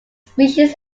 species